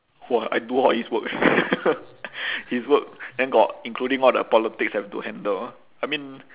!wah! I do all his work eh his work then got including all the politics have to handle I mean